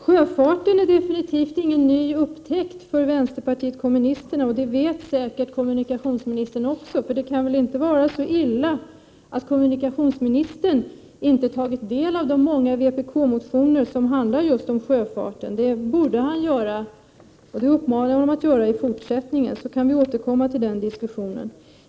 Sjöfarten är absolut ingen ny upptäckt för vänsterpartiet kommunisterna, och det vet säkert kommunikationsministern. Det kan väl inte vara så illa att kommunikationsministern inte har tagit del av de många vpk-motioner som handlar om just sjöfarten. Det borde han göra, och jag uppmanar honom att göra det i fortsättningen, varefter vi kan återkomma till den diskussionen.